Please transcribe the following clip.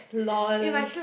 lol